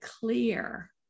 clear